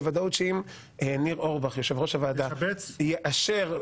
בוודאות שאם ניר אורבך יושב-ראש הוועדה יאשר,